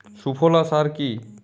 সুফলা সার কি?